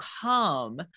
come